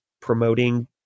promoting